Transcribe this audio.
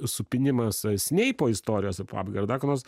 supynimas sneipo istorijos į pabaigą ar dar ką nors